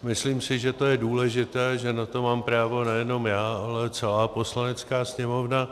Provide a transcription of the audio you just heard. Myslím si, že je to důležité, že na to mám právo nejenom já, ale celá Poslanecká sněmovna.